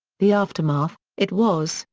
the aftermath it was,